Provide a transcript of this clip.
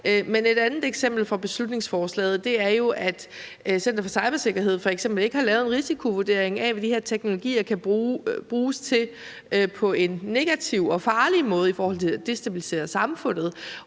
vej. Et andet eksempel fra beslutningsforslaget er jo, at Center for Cybersikkerhed ikke har lavet en risikovurdering af, hvad de her teknologier kan bruges til på en negativ og farlig måde i forhold til at destabilisere samfundet.